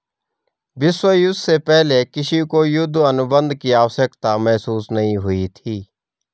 विश्व युद्ध से पहले किसी को युद्ध अनुबंध की आवश्यकता महसूस नहीं हुई थी